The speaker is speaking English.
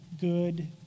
good